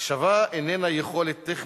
הקשבה איננה יכולת טכנית,